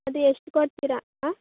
ಅದೇ ಎಷ್ಟು ಕೊಡ್ತೀರಾ ಆ